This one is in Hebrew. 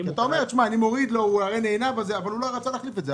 אתה אומר: הוא נהנה מזה אבל אולי הוא רצה להחליף את זה.